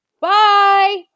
bye